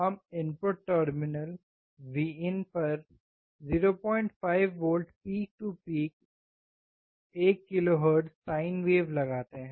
हम input terminal पर 05V peak to peak 1kHz sine wave लगाते हैं